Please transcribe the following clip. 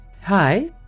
Hi